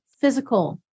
physical